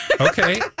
Okay